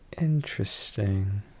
Interesting